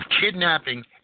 kidnapping